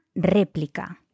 réplica